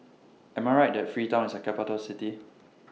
Am I Right that Freetown IS A Capital City